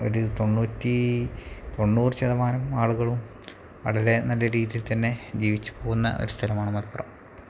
ഒരു തൊണ്ണൂറ്റീ തൊണ്ണൂർ ശതമാനം ആളുകളും വളരെ നല്ല രീതിയിൽത്തന്നെ ജീവിച്ചു പോകുന്ന സ്ഥലമാണ് മലപ്പുറം